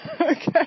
Okay